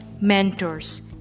mentors